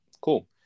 Cool